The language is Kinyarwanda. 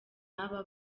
aba